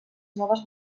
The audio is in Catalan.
noves